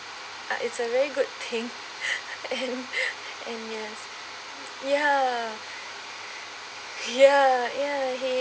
uh it's a very good thing and and yes ya ya ya he